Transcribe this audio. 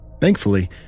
Thankfully